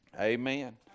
Amen